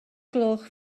gloch